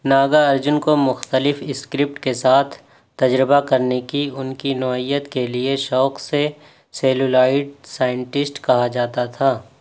ناگا ارجن کو مختلف اسکرپٹ کے ساتھ تجربہ کرنے کی ان کی نوعیت کے لیے شوق سے سیلولائڈ سائنٹسٹ کہا جاتا تھا